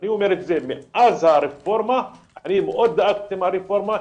אני מאוד דאגתי מהרפורמה,